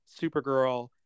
Supergirl